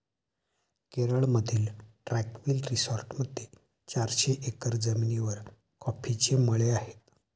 केरळमधील ट्रँक्विल रिसॉर्टमध्ये चारशे एकर जमिनीवर कॉफीचे मळे आहेत